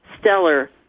stellar